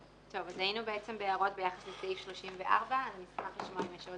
היינו בהערות ביחס לסעיף 34. אני אשמח לשמוע אם יש עוד הערות.